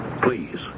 Please